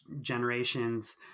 generations